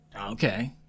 Okay